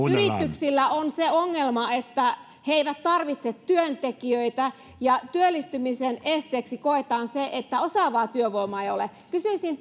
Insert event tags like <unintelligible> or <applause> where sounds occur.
yrityksillä on se ongelma että he tarvitsevat työntekijöitä ja työllistämisen esteeksi koetaan se että osaavaa työvoimaa ei ole kysyisin <unintelligible>